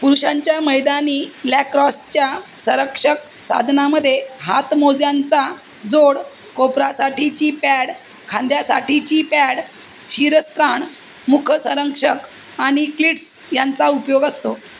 पुरुषांच्या मैदानी लॅक्रॉसच्या संरक्षक साधनामध्ये हातमोज्यांचा जोड कोपरासाठीची पॅड खांद्यासाठीची पॅड शीरस्त्राण मुखसंरक्षक आणि क्लिटस् यांचा उपयोग असतो